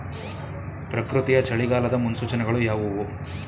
ಪ್ರಕೃತಿಯ ಚಳಿಗಾಲದ ಮುನ್ಸೂಚನೆಗಳು ಯಾವುವು?